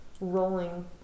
rolling